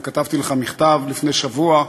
גם כתבתי לך מכתב לפני שבוע,